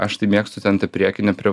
aš tai mėgstu ten tą priekinę prie